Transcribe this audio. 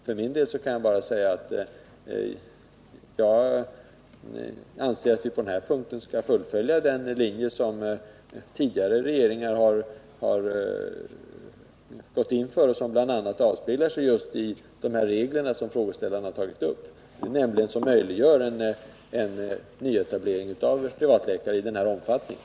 För min del kan jag bara säga att jag anser att vi på denna punkt bör fullfölja den linje som tidigare regeringar har gått in för och som bl.a. avspeglar sig i just de regler som frågeställaren har tagit upp, vilka möjliggör nyetablering av privatläkare i den här omfattningen.